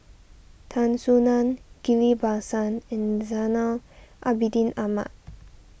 Tan Soo Nan Ghillie Basan and Zainal Abidin Ahmad